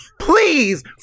Please